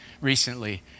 recently